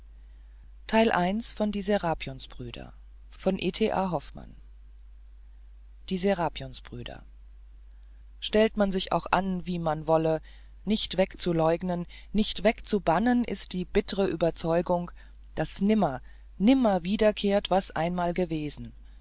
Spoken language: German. stelle man sich auch an wie man wolle nicht wegzuleugnen nicht wegzubannen ist die bittre überzeugung daß nimmer nimmer wiederkehrt was einmal dagewesen